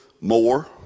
more